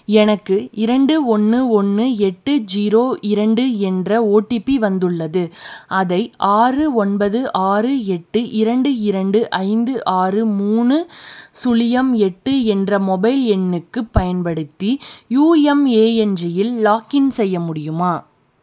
எனக்கு இரண்டு ஒன்று ஒன்று எட்டு ஜீரோ இரண்டு என்ற ஓடிபி வந்துள்ளது அதை ஆறு ஒன்பது ஆறு எட்டு இரண்டு இரண்டு ஐந்து ஆறு மூணு சுழியம் எட்டு என்ற மொபைல் எண்ணுக்குப் பயன்படுத்தி யூஎம்ஏஎன்ஜியில் லாக்கின் செய்ய முடியுமா